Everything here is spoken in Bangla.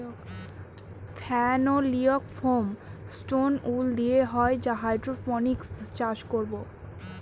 ফেনোলিক ফোম, স্টোন উল দিয়ে সব হাইড্রোপনিক্স চাষ করাবো